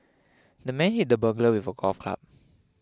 the man hit the burglar with a golf club